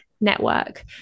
network